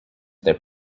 their